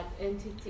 entity